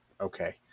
okay